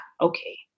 Okay